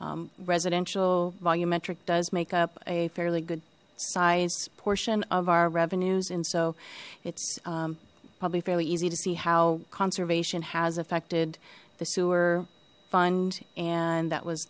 usage residential volumetric does make up a fairly good sized portion of our revenues and so it probably fairly easy to see how conservation has affected the sewer fund and that was